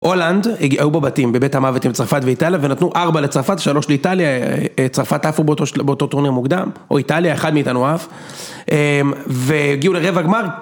הולנד הגיעו בבתים, בבית המוות עם צרפת ואיטליה, ונתנו ארבע לצרפת, שלוש לאיטליה, צרפת עפו באותו טורניר מוקדם, או איטליה, אחד מאיתנו אהב, והגיעו לרבע הגמר...